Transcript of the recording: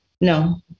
No